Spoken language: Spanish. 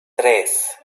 tres